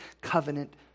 covenant